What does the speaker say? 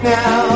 now